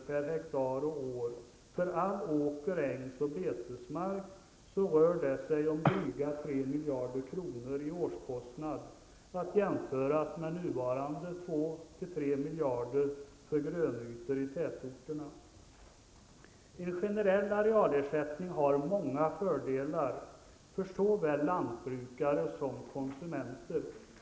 per hektar och år för all åker-, ängs och betesmark, så rör det sig om dryga 3 miljarder kronor i årskostnad, att jämföras med nuvarande 2 à 3 En generell arealersättning har många fördelar för såväl lantbrukare som konsumenter.